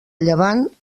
llevant